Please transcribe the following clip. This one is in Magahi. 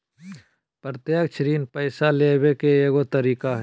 प्रत्यक्ष ऋण पैसा लेबे के एगो तरीका हइ